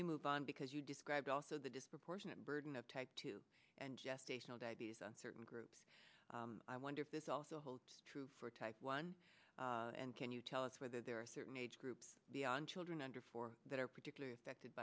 me move on because you describe also the disproportionate burden of type two and gestational diabetes and certain groups i wonder if this also holds true for type one and can you tell us whether there are certain age groups on children under that are particularly affected